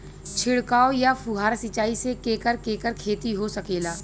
छिड़काव या फुहारा सिंचाई से केकर केकर खेती हो सकेला?